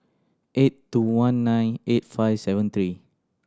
eight two one nine eight five seven three